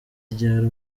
ryari